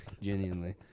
Genuinely